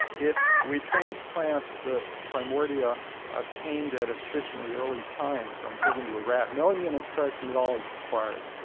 if we transplant the primordia obtained at a sufficiently early time from pig into a rat, no immunosuppression at all is required.